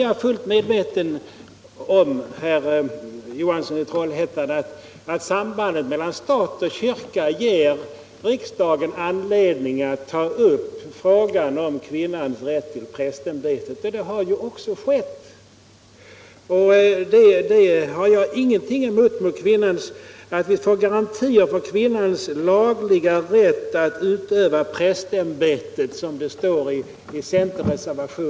Jag är, herr Johansson i Trollhättan, fullt medveten om att sambandet mellan stat och kyrka ger riksdagen anledning att ta upp frågan om kvinnans rätt till prästämbetet. Det har ju också skett. Jag har ingenting emot att vi får garantier för kvinnans lagliga rätt att utöva prästämbetet, som det står i centerreservationen.